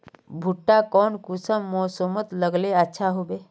भुट्टा कौन कुंडा मोसमोत लगले अच्छा होबे?